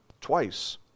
twice